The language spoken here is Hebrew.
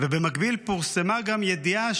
ובמקביל פורסמה גם ידיעה